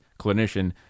clinician